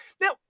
Now